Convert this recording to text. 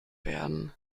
werden